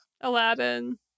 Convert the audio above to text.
Aladdin